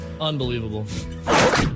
Unbelievable